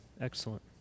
Excellent